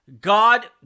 God